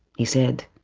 he said